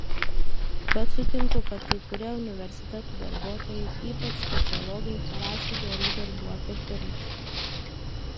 bet sutinku kad kai kurie universitetų darbuotojai ypač sociologai parašė gerų darbų apie firmas